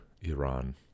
Iran